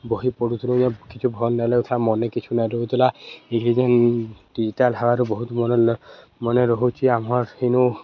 ବହି ପଢ଼ୁଥିଲୁ କିଛି ଭଲ ନେ ଲାଗଉଥିଲା ମନେ କିଛି ନାଇଁ ରହୁଥିଲା ଏଇ ଯେନ୍ ଡିଜିଟାଲ ହବାରୁ ବହୁତ ମନ ମନେ ରହୁଚି ଆମର ଏନୁ